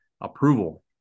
approval